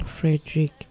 Frederick